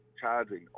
charging